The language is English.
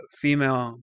female